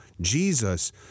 Jesus